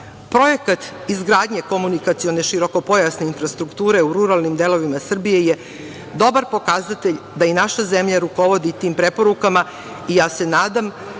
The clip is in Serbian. izgradnje komunikacione širokopojasne infrastrukture u ruralnim delovima Srbije je dobar pokazatelj da i naša zemlja rukovodi tim preporukama. Ja se nadam